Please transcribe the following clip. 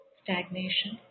stagnation